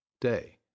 day